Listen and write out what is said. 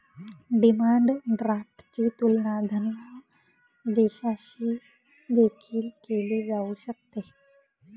demand ड्राफ्टची तुलना धनादेशाशी देखील केली जाऊ शकते